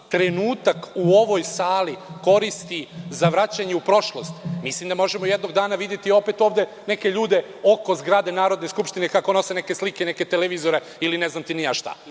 trenutak u ovoj sali koristi za vraćanje u prošlost, mislim da možemo jednog dana videti opet ovde neke ljude oko zgrade Narodne skupštine kako nose neke slike, neke televizore ili ne znam ti ni ja šta.